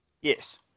Yes